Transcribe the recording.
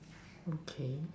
okay